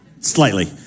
slightly